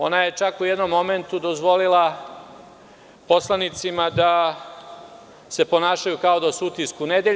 Ona je u jednom momentu dozvolila poslanicama da se ponašaju kao da su u „Utisku nedelje“